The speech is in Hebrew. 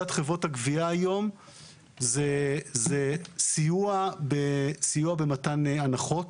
של חברות הגבייה היום זה סיוע במתן הנחות.